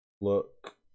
look